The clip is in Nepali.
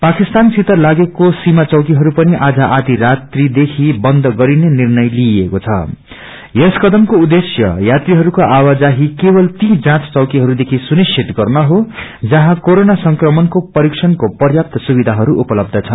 पाकिस्तान सित लागेको सिमा चोकीहरू पनिआज आधि रातिदेखि बन्दा गरि निर्णय लिइएको छं यस कदमको उद्देश्य यात्रीहरूको आवाजाही केवल ती जाँच चौकीहरूदेखि सुनिश्चित गर्न हो जहाँ कोरोना संक्रमणको परीक्षण्को प्याप्त सुविधाहरू उपलब्ध छन्